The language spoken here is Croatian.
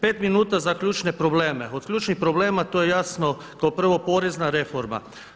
5 minuta za ključne probleme, od ključnih problema to je jasno, kao prvo porezna reforma.